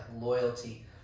loyalty